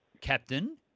captain